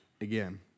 again